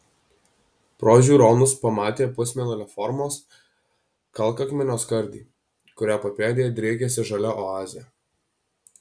pro žiūronus pamatė pusmėnulio formos kalkakmenio skardį kurio papėdėje driekėsi žalia oazė